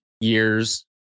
years